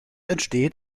entsteht